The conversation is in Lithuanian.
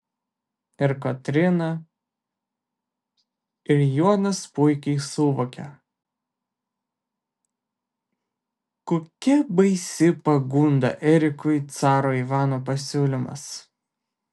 ir kotryna ir jonas puikiai suvokia kokia baisi pagunda erikui caro ivano pasiūlymas